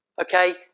okay